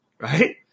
right